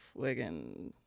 friggin